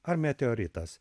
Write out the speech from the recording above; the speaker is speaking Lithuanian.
ar meteoritas